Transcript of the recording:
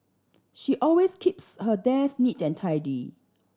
she always keeps her desk neat and tidy